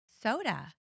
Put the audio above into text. soda